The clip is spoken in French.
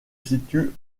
situe